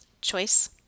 Choice